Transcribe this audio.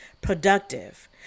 productive